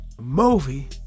movie